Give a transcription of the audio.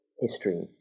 history